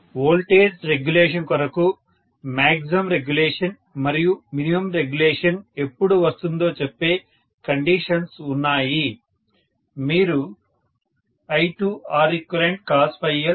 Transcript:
voltage regulation కొరకు maximum regulation మరియు minimum regulation ఎప్పుడు వస్తుందో చెప్పే కండీషన్స్ ఉన్నాయి